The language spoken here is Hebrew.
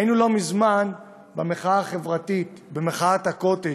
היינו לא מזמן במחאה החברתית, במחאת הקוטג',